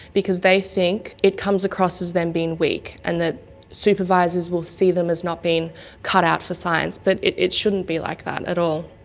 because they think it comes across as them being weak, and that supervisors will see them as not being cut out for science, but it it shouldn't be like that at all.